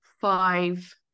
five